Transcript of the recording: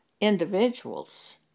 individuals